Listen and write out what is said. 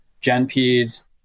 gen-peds